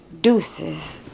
Deuces